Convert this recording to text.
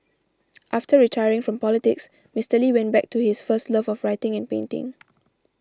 after retiring from politics Mister Lee went back to his first love of writing and painting